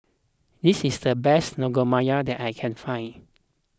this is the best Naengmyeon that I can find